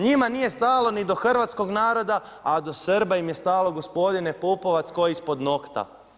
Njima nije stalo ni do hrvatskog naroda a do Srba im je stalo gospodine Pupovac kao ispod nokta.